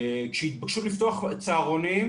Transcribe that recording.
כשהתבקשו לפתוח צהרונים,